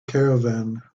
caravan